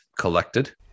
collected